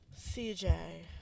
Cj